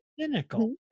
Cynical